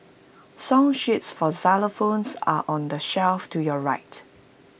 song sheets for xylophones are on the shelf to your right